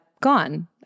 gone